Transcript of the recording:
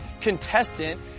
contestant